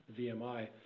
VMI